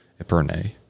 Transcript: Epernay